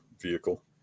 vehicle